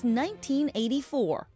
1984